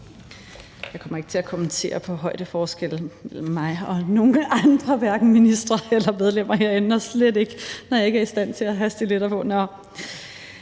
Jeg kommer ikke til at kommentere på højdeforskellen mellem mig og nogen andre – hverken ministre eller medlemmer herinde – og slet ikke, når jeg ikke er i stand til at have stiletter på.